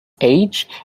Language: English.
age